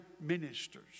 ministers